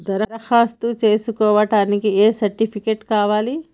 దరఖాస్తు చేస్కోవడానికి ఏ సర్టిఫికేట్స్ కావాలి?